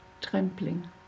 trembling